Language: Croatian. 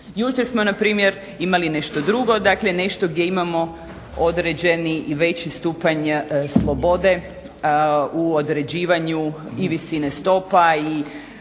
Jučer smo npr. imali nešto drugo, dakle nešto gdje imamo određeni i veći stupanj slobode u određivanju i visine stopa i